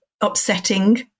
upsetting